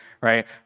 right